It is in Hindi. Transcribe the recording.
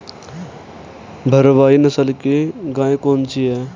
भारवाही नस्ल की गायें कौन सी हैं?